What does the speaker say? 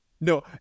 No